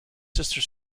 sister